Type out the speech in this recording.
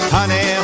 Honey